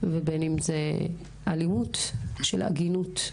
ובין אם זו אלימות של עגינות.